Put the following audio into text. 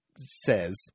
says